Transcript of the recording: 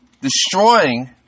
destroying